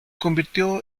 convirtió